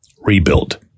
rebuild